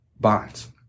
bonds